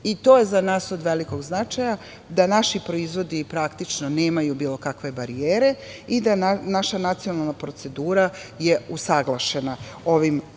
je za nas od velikog značaja da naši proizvodi praktično nemaju bilo kakve barijere i da je naša nacionalna procedura usaglašena ovim usvajanjem